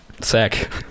Sack